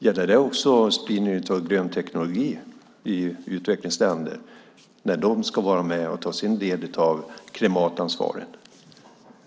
Gäller det också spridningen av grön teknologi i utvecklingsländer när de ska vara med och ta sin del av klimatansvaret?